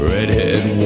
Redhead